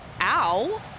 ow